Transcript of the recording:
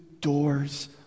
doors